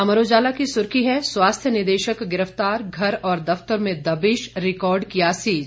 अमर उजाला की सुर्खी है स्वास्थ्य निदेशक गिरफ्तार घर और दफ्तर में दबिश रिकार्ड किया सीज